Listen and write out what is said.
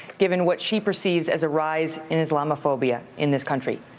given what she perceives as a rise in islamaphobia in this country.